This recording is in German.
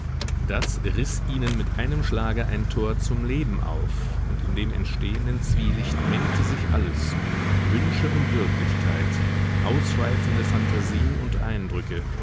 das riß ihnen mit einem schlage ein tor zum leben auf und in dem entstehenden zwielicht mengte sich alles wünsche und wirklichkeit ausschweifende phantasien und eindrücke